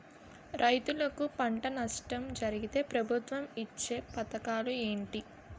రైతులుకి పంట నష్టం జరిగితే ప్రభుత్వం ఇచ్చా పథకాలు ఏంటి?